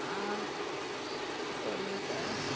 ஆ சரிங்க சார்